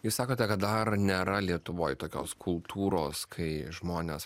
jūs sakote kad dar nėra lietuvoj tokios kultūros kai žmonės